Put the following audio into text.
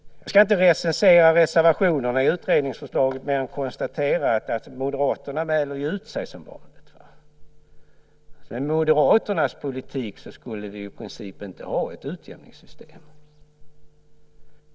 Jag ska inte recensera reservationerna i utredningsförslaget, men jag konstaterar att Moderaterna som vanligt mäler sig ut. Med Moderaternas politik skulle vi i princip inte ha ett utjämningssystem.